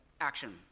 action